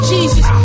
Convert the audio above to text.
Jesus